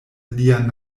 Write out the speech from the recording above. lian